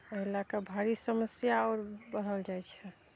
अहि लए कऽ भारी समस्या आओर बढ़ल जाइ छै